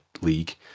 league